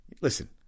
Listen